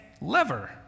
lever